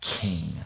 king